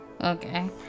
Okay